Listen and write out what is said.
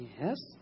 Yes